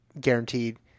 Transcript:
guaranteed